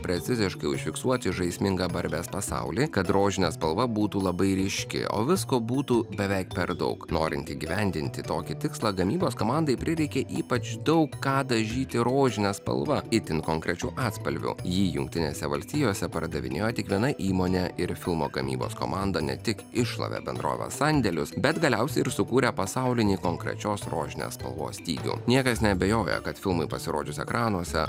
preciziškai užfiksuoti žaismingą barbės pasaulį kad rožinė spalva būtų labai ryški o visko būtų beveik per daug norint įgyvendinti tokį tikslą gamybos komandai prireikė ypač daug ką dažyti rožine spalva itin konkrečių atspalviu jį jungtinėse valstijose pardavinėjo tik viena įmonė ir filmo gamybos komanda ne tik iššlavė bendrovės sandėlius bet galiausiai ir sukūrė pasaulinį konkrečios rožinės spalvos stygių niekas neabejoja kad filmui pasirodžius ekranuose